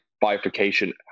bifurcation